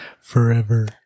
Forever